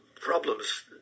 problems